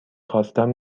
خواستم